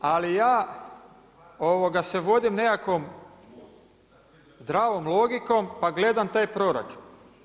Ali ja se vodim nekakvom zdravom logikom pa gledam taj proračun.